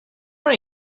want